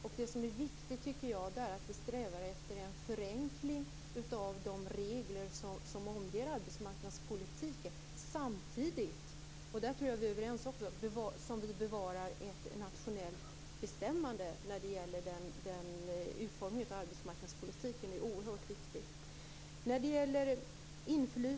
Det som jag tycker är viktigt är att vi strävar efter en förenkling av de regler som omger arbetsmarknadspolitiken, samtidigt - och här tror jag också att vi är överens - som vi bevarar ett nationellt bestämmande när det gäller utformningen av arbetsmarknadspolitiken. Detta är oerhört viktigt.